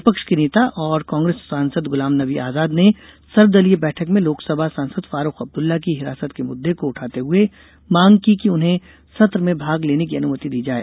विपक्ष के नेता और कांग्रेस सांसद गुलाम नबी आजाद ने सर्वदलीय बैठक में लोकसभा सांसद फारूख अब्दुल्ला की हिरासत के मुद्दे को उठाते हए मांग की कि उन्हें सत्र में भाग लेने की अनुमति दी जाए